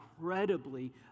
incredibly